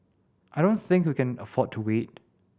I don't think we can afford to wait